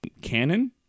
canon